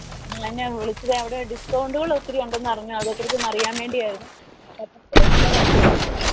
ഞാൻ വിളിച്ചത് അവിടെ ഡിസ്ക്കൗണ്ട്കൾ ഒത്തിരി ഉണ്ടെന്ന് അറിഞ്ഞു അതേക്കുറിച്ചൊന്ന് അറിയാന് വേണ്ടിയായിരുന്നു പത്രത്തിൽ കണ്ടതായിരുന്നു